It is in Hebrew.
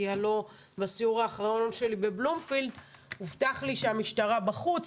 כי הלא בסיור האחרון שלי בבלומפילד הובטח לי שהמשטרה בחוץ.